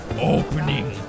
opening